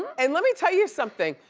and let me tell you something,